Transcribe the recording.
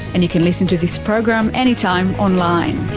and you can listen to this program anytime online